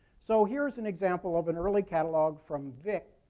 so here is an example of an early catalog from vick.